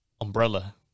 umbrella